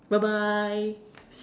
bye bye